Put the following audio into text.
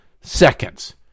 seconds